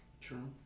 True